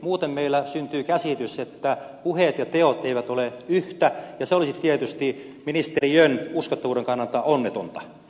muuten meillä syntyy käsitys että puheet ja teot eivät ole yhtä ja se olisi tietysti ministeriön uskottavuuden kannalta onnetonta